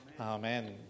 Amen